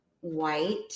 white